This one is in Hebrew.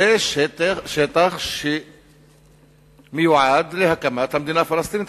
זה שטח שמיועד להקמת המדינה הפלסטינית,